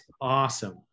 awesome